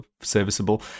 serviceable